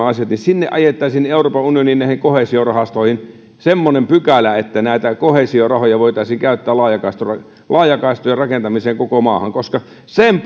sinne euroopan unioniin näihin koheesiorahastoihin semmoinen pykälä että näitä koheesiorahoja voitaisiin käyttää laajakaistojen rakentamiseen koko maahan sen